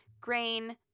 grain